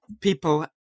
people